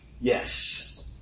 Yes